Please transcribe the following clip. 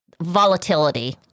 volatility